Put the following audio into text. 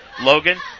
Logan